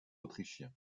autrichien